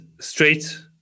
straight